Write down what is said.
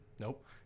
Nope